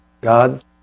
God